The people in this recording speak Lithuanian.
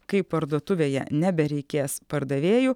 kai parduotuvėje nebereikės pardavėjų